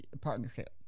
Partnership